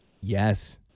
Yes